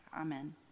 Amen